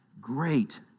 great